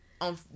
on